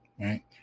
Right